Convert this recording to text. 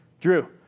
Drew